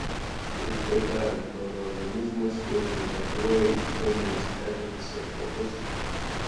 trumpai tariant mano organizmas jautriai reaguoja į chemines medžiagas ir kvapus